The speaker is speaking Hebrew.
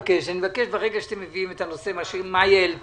מבקש, ברגע שאתם מביאים את הנושא שמאי גולן העלתה,